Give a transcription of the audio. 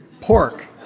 pork